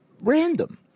random